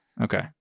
okay